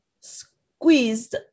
squeezed